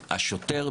השוטר,